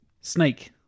Snake